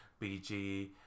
BG